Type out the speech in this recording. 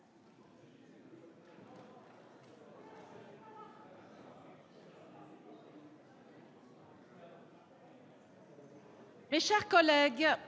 mes chers collègues,